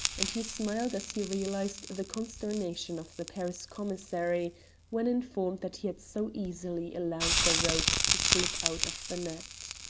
and he smiled as he realized the consternation of the paris commissary when informed that he had so easily allowed the rogues to slip out of the net.